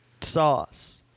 sauce